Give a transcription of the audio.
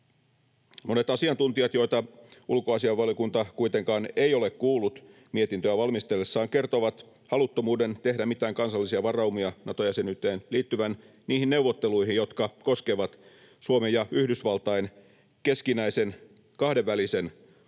Monet asiantuntijat, joita ulkoasiainvaliokunta kuitenkaan ei ole kuullut mietintöä valmistellessaan, kertovat haluttomuuden tehdä mitään kansallisia varaumia Nato-jäsenyyteen liittyvän niihin neuvotteluihin, jotka koskevat Suomen ja Yhdysvaltain keskinäisen kahdenvälisen